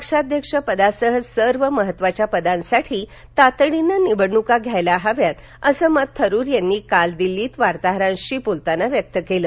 पक्षाध्यक्ष पदासह सर्व महात्वाच्या पदासाठी तातडीनं निवडणुका घ्यायला हव्यात असं मत थरूर यांनी काल दिल्लीत वार्ताहरांशी बोलताना व्यक्त केलं